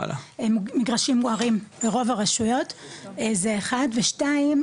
מגרשים מוארים ברוב הרשויות זה אחד ושתיים,